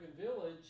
village